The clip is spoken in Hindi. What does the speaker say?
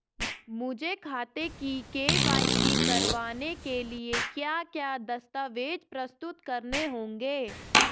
मुझे खाते की के.वाई.सी करवाने के लिए क्या क्या दस्तावेज़ प्रस्तुत करने होंगे?